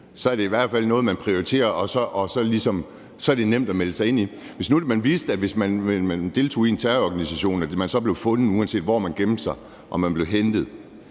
så er det i hvert fald noget, man prioriterer, og så er det ligesom nemt at melde sig ind i det. Hvis nu man vidste, at man, hvis man deltog i en terrororganisation, blev fundet, uanset hvor man gemte sig, og blev hentet,